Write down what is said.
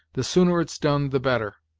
the sooner it's done the better.